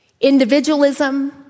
Individualism